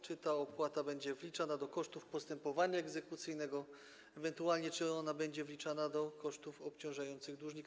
Czy ta opłata będzie wliczana do kosztów postępowania egzekucyjnego, ewentualnie czy ona będzie wliczana do kosztów obciążających dłużnika?